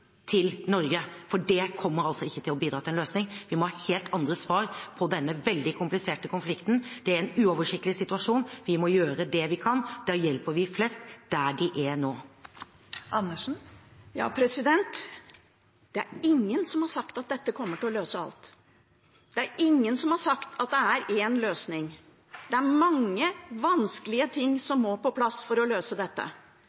til Norge, for det kommer ikke til å bidra til en løsning. Vi må ha helt andre svar på denne veldig kompliserte konflikten. Det er en uoversiktlig situasjon, og vi må gjøre det vi kan. Da hjelper vi flest der de er nå. Det er ingen som har sagt at dette kommer til å løse alt. Det er ingen som har sagt at det er én løsning. Det er mange vanskelige ting